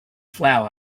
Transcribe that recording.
flour